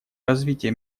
развитие